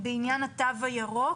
בעניין התו הירוק,